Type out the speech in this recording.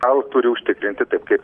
gal turi užtikrinti taip kaip